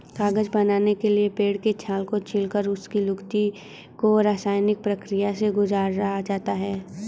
कागज बनाने के लिए पेड़ के छाल को छीलकर उसकी लुगदी को रसायनिक प्रक्रिया से गुजारा जाता है